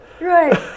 right